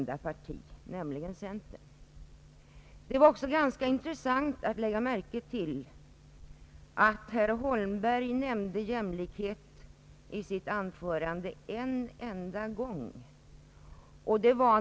Det var också ganska intressant att lägga märke till att herr Holmberg talade om jämlikhet en enda gång i sitt anförande.